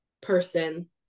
person